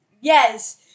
Yes